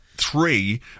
three